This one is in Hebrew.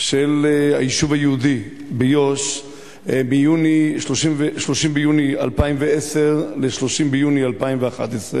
של היישוב היהודי ביו"ש בין 30 ביוני 2010 ל-30 ביוני 2011,